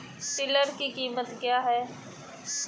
Tiller की कीमत क्या है?